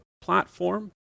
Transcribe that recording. platform